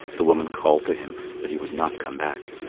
the woman called to him, but he would not come back.